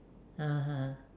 (uh huh)